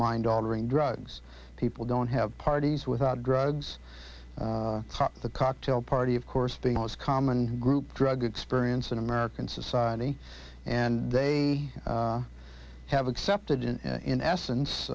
mind altering drugs people don't have parties without drugs the cocktail party of course the most common group drug experience in american society and they have accepted it in essence